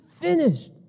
finished